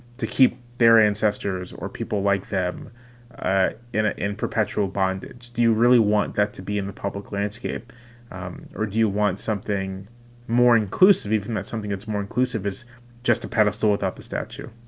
to keep their ancestors or people like them in ah in perpetual bondage. do you really want that to be in the public landscape or do you want something more inclusive? even that's something that's more inclusive is just a pedestal without the statue